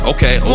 Okay